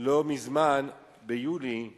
לא מזמן, ביולי 2011,